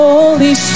Holy